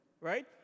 right